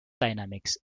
dynamics